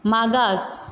मागास